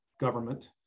government